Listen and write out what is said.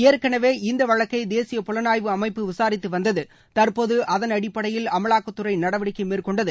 ஏற்கனவே இந்த வழக்கை தேசிய புலனாய்வு அமைப்பு விசாரித்து வந்தது தற்போது அதன் அடிப்படையில் அமலாக்கத்துறை நடவடிக்கை மேற்கொண்டது